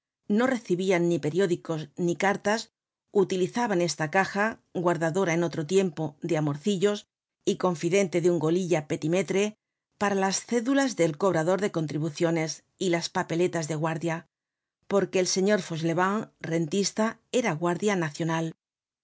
no recibian ni periódicos ni cartas utilizaban esta caja guardadora en otro tiempo de amorcillos y confidente de un golilla petimetre para las cédulas del cobrador de contribuciones y las papeletas de guardia porque el señor fauchelevent rentista era guardia nacional